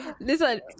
listen